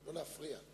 לא להפריע.